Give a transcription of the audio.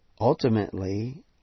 Ultimately